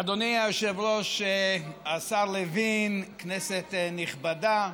אדוני היושב-ראש, השר לוין, כנסת נכבדה,